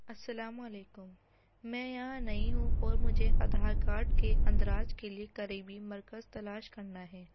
السلام علیکم میں یہاں نئی ہوں اور مجھے آدھار کارڈ کے اندراج کے لیے قریبی مرکز تلاش کرنا ہے